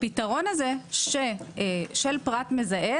הפתרון הזה של פרט מזהה,